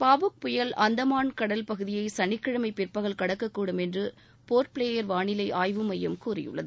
பாபுக் புயல் அந்தமாள் கடல் பகுதியை சனிக்கிழமை பிற்பகல் கடக்கக்கூடும் என்று போா்ட்பிளேயா வானிலை ஆய்வு மையம் கூறியுள்ளது